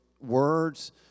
words